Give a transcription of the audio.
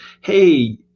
Hey